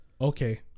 Okay